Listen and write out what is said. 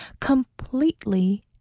Completely